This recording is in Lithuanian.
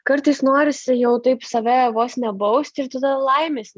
kartais norisi jau taip save vos ne bausti ir tada laimės